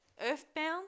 earthbound